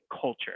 culture